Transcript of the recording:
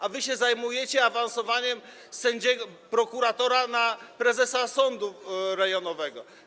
A wy się zajmujecie awansowaniem prokuratora na prezesa sądu rejonowego.